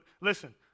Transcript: listen